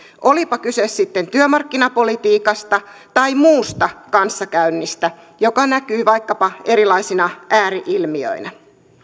olipa kyse sitten työmarkkinapolitiikasta tai muusta kanssakäynnistä mikä näkyy vaikkapa erilaisina ääri ilmiöinä